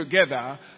together